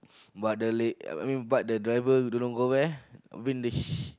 but the la~ uh I mean but the driver don't know go where I mean the sh~